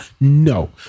No